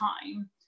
time